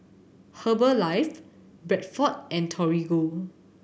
Herbalife Bradford and Torigo